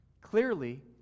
Clearly